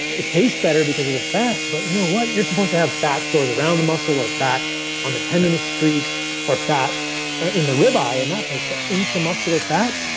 it tastes better because of the fat. but you know what? you're supposed to have fat stores around the muscle or fat on the tendon streaks or fat in the rib eye in that place but intramuscular fat,